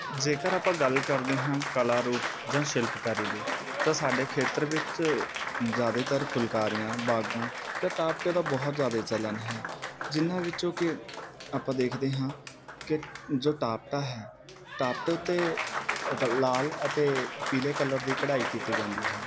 ਜੇਕਰ ਆਪਾਂ ਗੱਲ ਕਰਦੇ ਹਾਂ ਕਲਾ ਰੂਪ ਜਾਂ ਸ਼ਿਲਪਕਾਰੀ ਦੇ ਤਾਂ ਸਾਡੇ ਖੇਤਰ ਵਿੱਚ ਜ਼ਿਆਦਾਤਰ ਫੁਲਕਾਰੀਆਂ ਬਾਗਾਂ ਅਤੇ ਟਾਪਟੇ ਦਾ ਬਹੁਤ ਜ਼ਿਆਦਾ ਚਲਣ ਹੈ ਜਿੰਨ੍ਹਾਂ ਵਿੱਚੋਂ ਕਿ ਆਪਾਂ ਦੇਖਦੇ ਹਾਂ ਕਿ ਜੋ ਟਾਪਟਾ ਹੈ ਟਾਪਟੇ ਉੱਤੇ ਲਾਲ ਅਤੇ ਪੀਲੇ ਕਲਰ ਦੀ ਕਢਾਈ ਕੀਤੀ ਜਾਂਦੀ ਹੈ